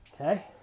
Okay